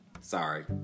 Sorry